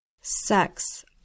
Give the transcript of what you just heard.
Sex